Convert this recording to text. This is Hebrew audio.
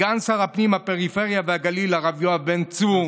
סגן שר הפנים, הפריפריה והגליל הרב יואב בן צור,